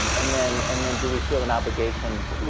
um and then and then do we feel an obligation?